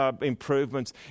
improvements